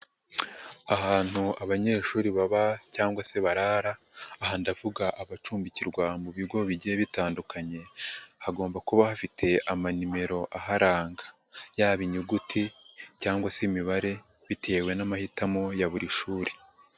Ahantu abanyeshuri baba cyangwa se barara, aha ndavuga abacumbikirwa mu bigo bigiye bitandukanye, hagomba kuba hafite ama nimero aharanga, yaba inyuguti cyangwa se imibare bitewe n'amahitamo ya buri shuri.